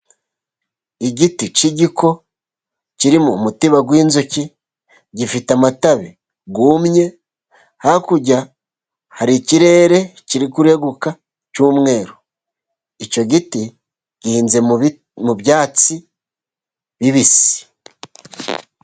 Igiti cy'igiko kirimo umutiba w'inzuki, gifite amatabi yumye hakurya hari ikirere kiri kureguka cy'umweru, icyo giti gihinze mu byatsi bibisi.